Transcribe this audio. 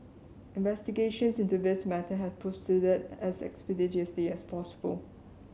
investigations into this matter have proceeded as expeditiously as possible